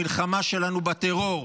של המלחמה שלנו בטרור,